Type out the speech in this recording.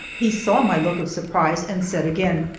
he saw my look of surprise and said again,